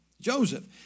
Joseph